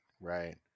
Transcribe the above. right